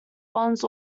bonds